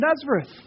Nazareth